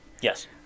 yes